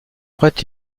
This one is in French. prêtres